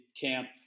camp